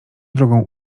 drugą